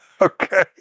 Okay